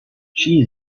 she